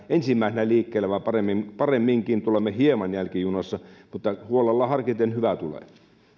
ensimmäisenä liikkeellä vaan paremminkin tulemme hieman jälkijunassa mutta huolella harkiten hyvä tulee